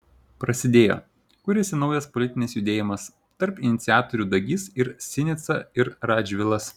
prasidėjo kuriasi naujas politinis judėjimas tarp iniciatorių dagys ir sinica ir radžvilas